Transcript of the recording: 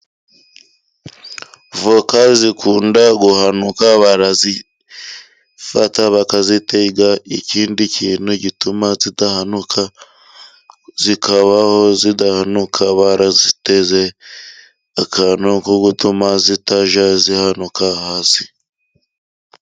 Voka zikunda guhanuka barazifata bakazitega ikindi kintu gituma zidahanuka, zikabaho zidahanuka baraziteze akantu ko gutuma zitajya zihanuka hasi.